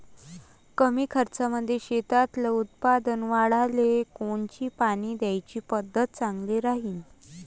कमी खर्चामंदी शेतातलं उत्पादन वाढाले कोनची पानी द्याची पद्धत चांगली राहीन?